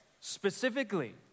Specifically